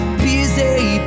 busy